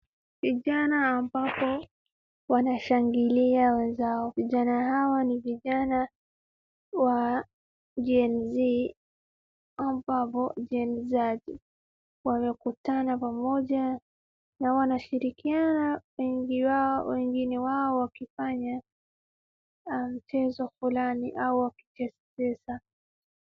Vijana ambapo wanashangilia wenzao. Vijana hawa ni vijana wa gen z ambapo gen z wamekutana pamoja na wanashirikiana wengine wao wakifanya mchezo fulani au wakicheza.